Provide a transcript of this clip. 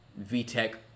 VTEC